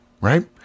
right